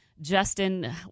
Justin